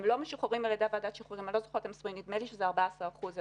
הם לא משוחררים על ידי ועדת שחרורים נדמה לי שמדובר ב-14 אחוזים